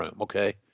okay